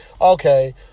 okay